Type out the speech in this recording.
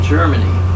Germany